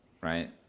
Right